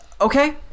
Okay